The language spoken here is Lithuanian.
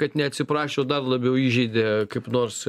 kad neatsiprašė o dar labiau įžeidė kaip nors